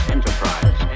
Enterprise